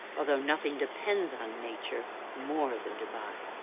although nothing depends on nature more than dubai.